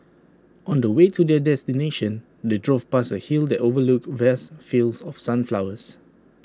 on the way to their destination they drove past A hill that overlooked vast fields of sunflowers